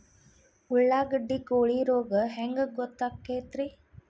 ಉಳ್ಳಾಗಡ್ಡಿ ಕೋಳಿ ರೋಗ ಹ್ಯಾಂಗ್ ಗೊತ್ತಕ್ಕೆತ್ರೇ?